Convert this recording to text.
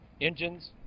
engines